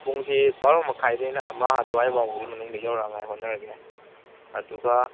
ꯄꯨꯡꯁꯤ ꯕꯥꯔꯣ ꯃꯈꯥꯏꯗꯩꯅ ꯑꯃ ꯑꯗꯨꯋꯥꯏ ꯐꯥꯎꯕꯒꯤ ꯃꯅꯨꯡꯗ ꯌꯧꯔꯛꯅꯉꯥꯏ ꯍꯣꯠꯅꯔꯒꯦ ꯑꯗꯨꯒ